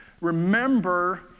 Remember